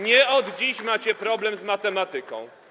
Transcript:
Nie od dziś macie problem z matematyką.